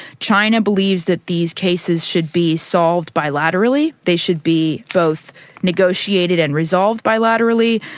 china believes that these cases should be solved bilaterally they should be both negotiated and resolved bilaterally.